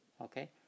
okay